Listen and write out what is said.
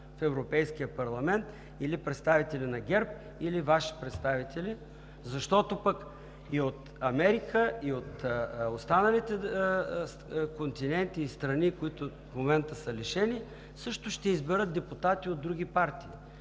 в Европейския парламент, или представители на ГЕРБ, или Ваши представители, защото и от Америка, и от останалите континенти и страни, които в момента са лишени, също ще изберат депутати от други партии,